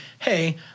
hey